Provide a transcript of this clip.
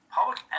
Public